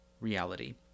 reality